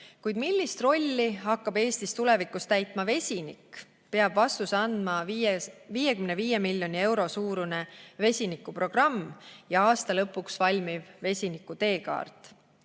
kuid millist rolli hakkab Eestis tulevikus täitma vesinik, selle vastuse peavad andma 55 miljoni euro suurune vesinikuprogramm ja aasta lõpuks valmiv vesiniku teekaart.